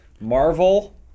Marvel